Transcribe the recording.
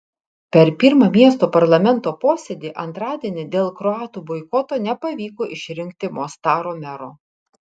per pirmą miesto parlamento posėdį antradienį dėl kroatų boikoto nepavyko išrinkti mostaro mero